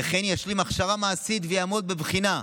וכן ישלים הכשרה מעשית ויעמוד בבחינה,